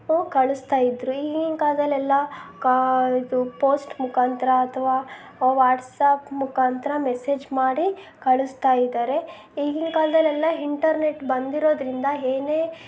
ಕಳಿಸ್ತಾ ಇದ್ದರು ಈಗಿನ ಕಾಲದಲ್ಲೆಲ್ಲ ಕಾ ಇದು ಪೋಸ್ಟ್ ಮುಖಾಂತರ ಅಥವಾ ವಾಟ್ಸಾಪ್ ಮುಖಾಂತರ ಮೆಸೇಜ್ ಮಾಡಿ ಕಳಿಸ್ತಾ ಇದ್ದಾರೆ ಈಗಿನ ಕಾಲದಲ್ಲೆಲ್ಲ ಹಿಂಟರ್ನೆಟ್ ಬಂದಿರೋದರಿಂದ ಏನೇ